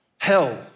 Hell